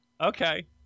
okay